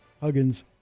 Huggins